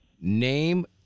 name